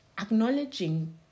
acknowledging